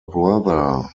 brother